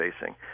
facing